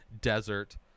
desert